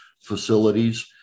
facilities